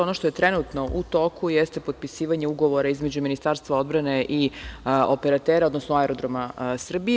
Ono što je trenutno u toku jeste potpisivanje ugovora između Ministarstva odbrane i operatera, odnosno aerodroma Srbije.